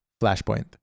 Flashpoint